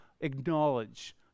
acknowledge